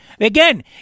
Again